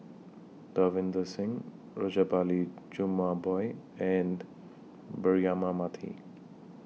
Davinder Singh Rajabali Jumabhoy and Braema Mathi